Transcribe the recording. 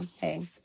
Hey